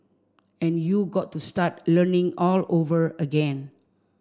and you got to start learning all over again